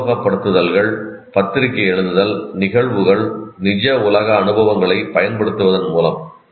உருவகப்படுத்துதல்கள் பத்திரிகை எழுதுதல் நிகழ்வுகள் நிஜ உலக அனுபவங்களைப் பயன்படுத்துவதன் மூலம்